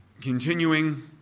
continuing